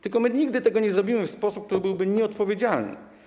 Tylko my nigdy tego nie zrobimy w sposób, który byłby nieodpowiedzialny.